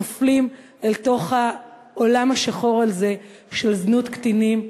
נופלים אל תוך העולם השחור הזה של זנות קטינים,